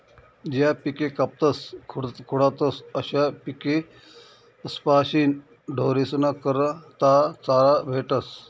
ज्या पिके कापातस खुडातस अशा पिकेस्पाशीन ढोरेस्ना करता चारा भेटस